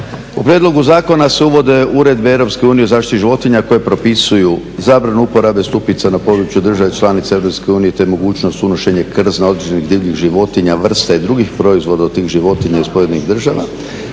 U prijedlogu zakona se uvode uredbe EU o zaštiti životinja koje propisuju zabranu uporabe stupica na području država članica EU, te mogućnost unošenja krzna određenih divljih životinja, vrsta i drugih proizvoda od tih životinja iz pojedinih država